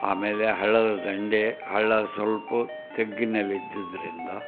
ಆಮೇಲೆ ಹಳ್ಳದ ದಂಡೆ ಹಳ್ಳ ಸ್ವಲ್ಪ ತಗ್ಗಿನಲ್ಲಿ ಇದ್ದದ್ದರಿಂದ